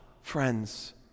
friends